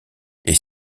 est